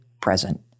present